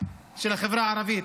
של החברה הערבית,